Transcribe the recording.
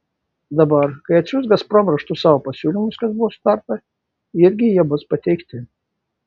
dabar kai atsiųs gazprom raštu savo pasiūlymus kas buvo sutarta irgi jie bus pateikti